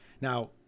Now